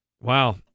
Wow